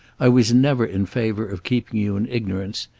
i was never in favor of keeping you in ignorance.